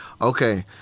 Okay